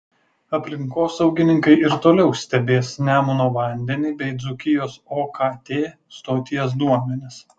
aplinkosaugininkai ir toliau stebės nemuno vandenį bei dzūkijos okt stoties duomenis